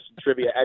trivia